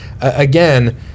again